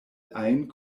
ajn